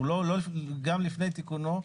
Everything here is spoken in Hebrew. גם לפני תיקונו,